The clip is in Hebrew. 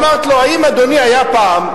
אמרתי לו: האם אדוני היה פעם,